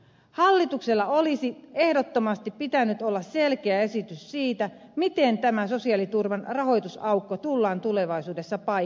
hallituksella olisi ehdottomasti pitänyt olla selkeä esitys siitä miten tämä sosiaaliturvan rahoitusaukko tullaan tulevaisuudessa paikkaamaan